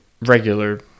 regular